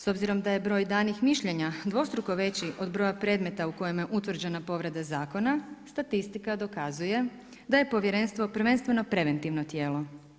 S obzirom da je broj danih mišljenja dvostruko veći od broja predmeta u kojima je utvrđena povreda zakona, statistika dokazuje da je Povjerenstvo prvenstveno preventivno tijelo.